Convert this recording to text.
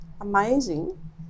amazing